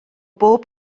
bob